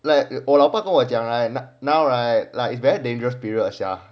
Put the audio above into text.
like 我老爸跟我讲 right now right like it's very dangerous period sia